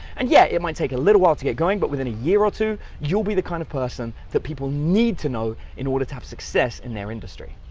and yeah, it might take a little while to get going but within a year or two, you'll be the kind of person that people need to know, in order to have success in their industry.